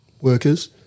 workers